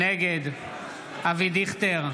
נגד אבי דיכטר,